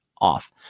off